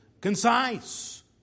concise